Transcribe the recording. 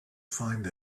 find